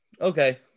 Okay